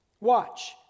Watch